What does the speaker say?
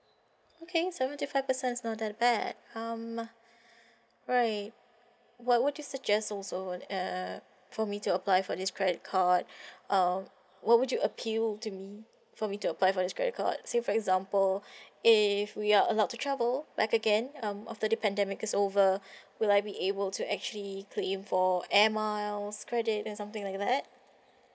okay seventy five percent is not that bad um right what would you suggest also uh for me to apply for this credit card um what would you appeal to me for me to apply for this credit card say for example if we are allowed to travel like again um after the pandemic is over will I be able to actually claim for air miles credit and something like that